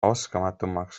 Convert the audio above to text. oskamatumaks